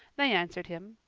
they answered him,